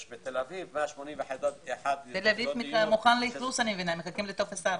יש בתל אביב 180. מחכים לפלוס.